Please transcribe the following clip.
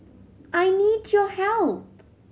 I need your help